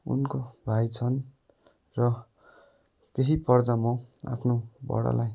उनको भाइ छन् र केही पर्दा म आफ्नो बडालाई